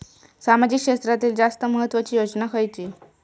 सामाजिक क्षेत्रांतील जास्त महत्त्वाची योजना खयची?